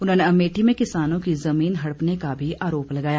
उन्होंने अमेठी में किसानों की जमीन हड़पने का भी आरोप लगाया